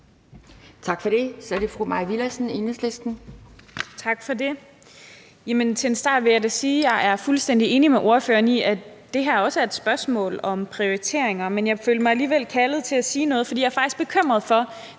Tak for det. Så er det fru Mai Villadsen, Enhedslisten. Kl. 11:31 Mai Villadsen (EL): Tak for det. Til en start vil jeg da sige, at jeg er fuldstændig enig med ordføreren i, at det her også er et spørgsmål om prioriteringer. Men jeg følte mig alligevel kaldet til at sige noget, fordi jeg faktisk er bekymret for,